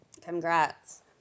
Congrats